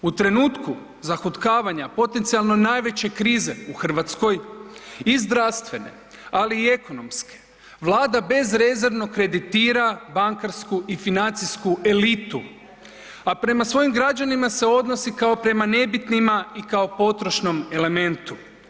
U trenutku zahutkavanja potencijalno najveće krize u RH i zdravstvene, ali i ekonomske Vlada bezrezervno kreditira bankarsku i financijsku elitu, a prema svojim građanima se odnosi kao prema nebitnima i kao potrošnom elementu.